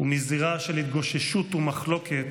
ומזירה של התגוששות ומחלוקת